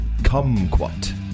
Kumquat